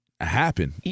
Happen